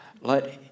let